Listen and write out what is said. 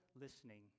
listening